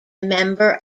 member